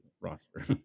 roster